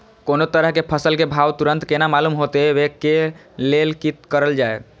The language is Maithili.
कोनो तरह के फसल के भाव तुरंत केना मालूम होते, वे के लेल की करल जाय?